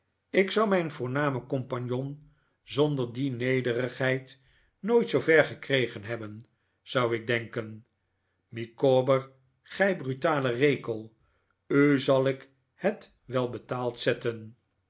ik zou mijn voornamen compagnon zonder die nederigheid nooit zoo ver gekregen hebben zou ik denken micawber gij brutale rekel u zal ik het wel betaald zetten